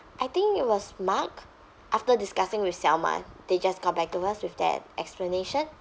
I think it was mark after discussing with Xiaoma they just got back to us with that explanation